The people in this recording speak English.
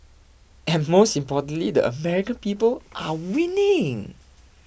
and most importantly the American people are winning